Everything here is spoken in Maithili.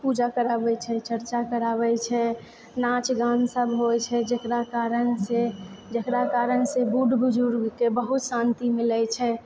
पूजा कराबैत छै चर्चा कराबैत छै नाँचगान सब होइछै जेकरा कारणसँ जेकरा कारणसँ बूढ़ बुजुर्गके बहुत शान्ति मिलैत छै